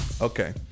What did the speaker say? Okay